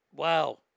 Wow